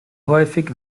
häufig